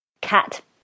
Cat